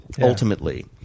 ultimately